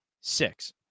six